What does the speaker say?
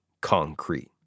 concrete